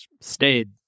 stayed